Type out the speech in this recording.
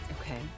Okay